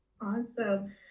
Awesome